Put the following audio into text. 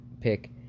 pick